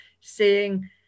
seeing